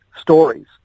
stories